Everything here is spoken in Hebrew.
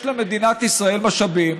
יש למדינת ישראל משאבים